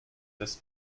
dass